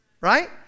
right